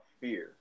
fear